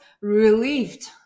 relieved